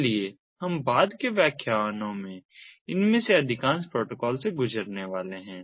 इसलिए हम बाद के व्याख्यानों में इनमें से अधिकांश प्रोटोकॉल से गुजरने वाले हैं